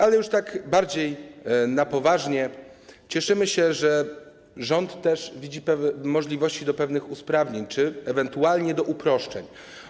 Ale już tak bardziej na poważnie, cieszymy się, że rząd też widzi możliwości pewnych usprawnień czy ewentualnie uproszczeń.